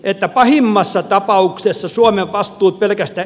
että pahimmassa tapauksessa suomen vastuut pelkästä